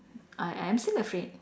I I'm still afraid